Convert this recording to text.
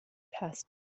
passed